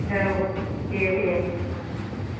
औ दे दे